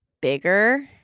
bigger